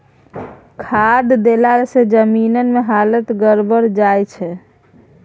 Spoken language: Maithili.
खाद देलासँ जमीनक हालत गड़बड़ा जाय छै